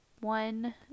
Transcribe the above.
one